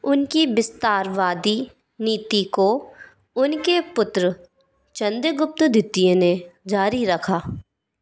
उनकी विस्तारवादी नीति को उनके पुत्र चन्द्रगुप्त द्वितीय ने जारी रखा